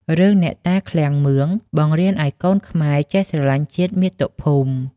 រឿងអ្នកតាឃ្លាំងមឿង បង្រៀនឱ្យកូនខ្មែរចេះស្រឡាញ់ជាតិមាតុភូមិ។